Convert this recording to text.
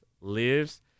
lives